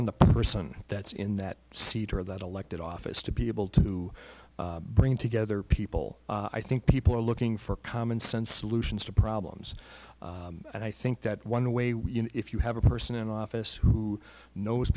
on the person that's in that seat of that elected office to be able to bring together people i think people are looking for common sense solutions to problems and i think that one way if you have a person in office who knows